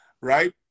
right